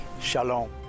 Shalom